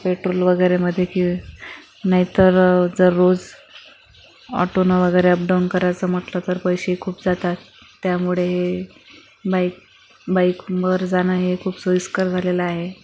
petrol वगैरेमध्ये नाहीतर जर रोज ऑटोनं वगैरे अपडाऊन करायचं म्हटलं तर पैसे खूप जातात त्यामुळे बाइक बाइकवर जाणं हे खूप सोईस्कर झालेलं आहे